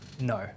no